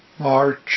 March